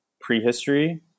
prehistory